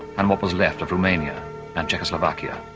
and what was left of romania and czechoslovakia.